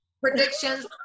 predictions